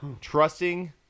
trusting